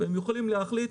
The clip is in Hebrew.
הם יכולים להחליט